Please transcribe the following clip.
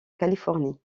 californie